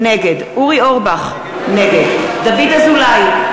נגד אורי אורבך, נגד דוד אזולאי,